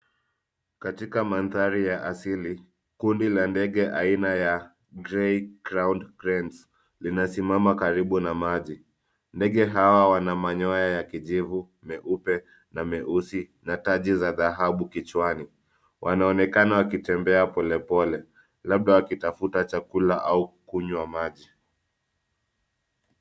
Katika mandhari ya asili, kundi ya ndege aina ya grey ground grains linasimama karibu na maji. Ndege hawa wana manyoya ya kijivu, meupe na meusi na taji za dhahabu kichwani wanaonekana wakitembea polepole labda wakitafuta chakula au kukunywa maji.